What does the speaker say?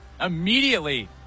immediately